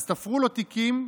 אז תפרו לו תיקים,